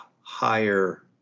higher